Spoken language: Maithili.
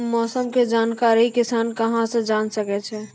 मौसम के जानकारी किसान कता सं जेन सके छै?